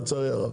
לצערי הרב.